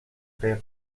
قایق